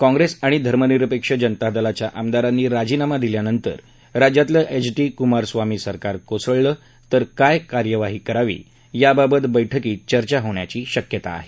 काँग्रेस आणि धर्मनिरपेक्ष जनता दलाच्या आमदारांनी राजीनामा दिल्यानंतर राज्यातलं एच डी कुमारस्वामी सरकार कोसळलं तर काय कार्यवाही करावी याबाबत बैठकीत चर्चा होण्याची शक्यता आहे